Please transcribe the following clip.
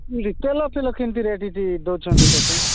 ତେଲ ଫେଲ କେମିତି ରେଟ୍ ଇଠି ଦଉଛନ୍ତି ତତେ